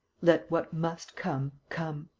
let what must come come.